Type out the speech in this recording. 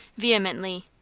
vehemently.